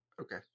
Okay